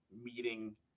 meeting